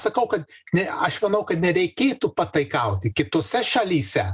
sakau kad ne aš manau kad nereikėtų pataikauti kitose šalyse